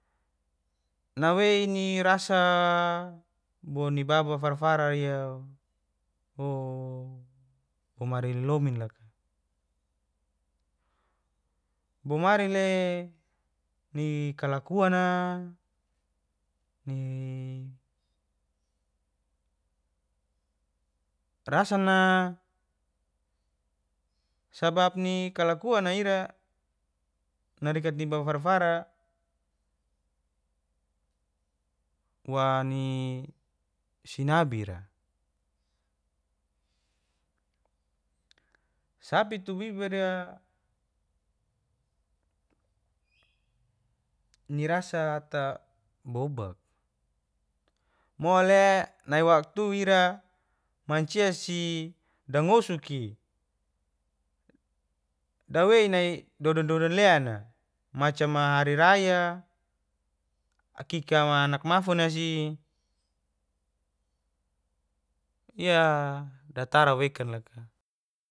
Naweini rasa boni baba fara fara iyo bomari lomin loka bomari le ni kalakuana ni rasana sabab ni kalakuan ira narikat ni baba fara fara wa ni sinabira sapi tu bibira ni rasata bobak mole nai waktu ir mancia si dangosuki dawei nai dodan dodan leana macam hari raya akika anak mafuna siiya datara wekan loka